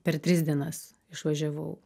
per tris dienas išvažiavau